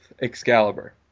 Excalibur